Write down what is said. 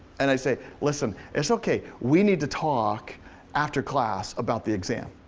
and i said listen, it's okay, we need to talk after class about the exam.